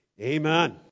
Amen